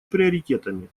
приоритетами